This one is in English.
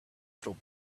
throw